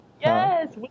yes